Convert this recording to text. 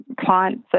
clients